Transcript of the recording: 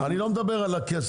אני לא מדבר על הכסף,